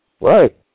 Right